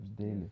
daily